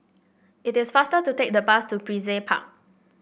it is faster to take the bus to Brizay Park